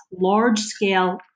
large-scale